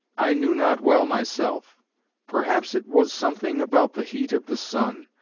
i knew not well myself perhaps it was something about the heat of the sun,